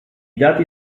dati